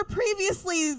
previously